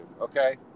okay